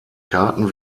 karten